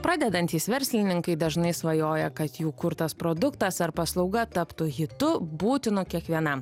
pradedantys verslininkai dažnai svajoja kad jų kurtas produktas ar paslauga taptų hitu būtinu kiekvienam